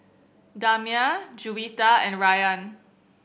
Damia Juwita and Rayyan